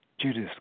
Judas